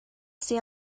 see